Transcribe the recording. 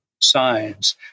signs